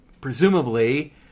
presumably